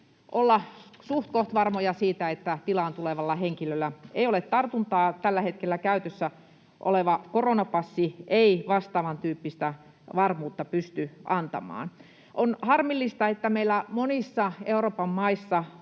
olla suhtkoht varmoja siitä, että tilaan tulevalla henkilöllä ei ole tartuntaa. Tällä hetkellä käytössä oleva koronapassi ei vastaavantyyppistä varmuutta pysty antamaan. On harmillista, että meillä monissa Euroopan maissa